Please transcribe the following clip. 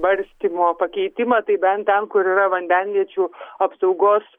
barstymo pakeitimą tai bent ten kur yra vandenviečių apsaugos